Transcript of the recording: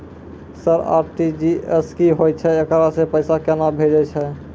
Sir RTGS की होय छै, एकरा से पैसा केना भेजै छै?